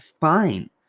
fine